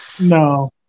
no